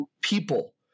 people